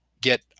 get